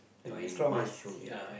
we must show with that top